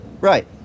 right